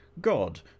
God